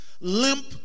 limp